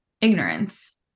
ignorance